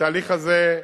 התהליך הזה,